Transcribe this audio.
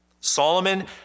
Solomon